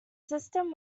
system